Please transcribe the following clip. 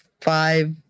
five